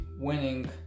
winning